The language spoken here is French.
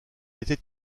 était